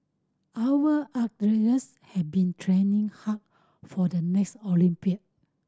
our had been training hard for the next Olympic